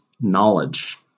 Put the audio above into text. knowledge